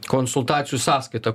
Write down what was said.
konsultacijų sąskaita